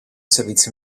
servizio